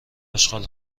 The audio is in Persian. اشغال